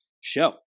Show